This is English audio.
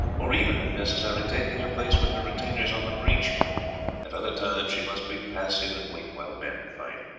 or even, if necessary, taking her place with her retainers on the breach at other times she must be passive and wait while men fight.